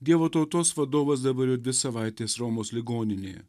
dievo tautos vadovas dabar jau dvi savaitės romos ligoninėje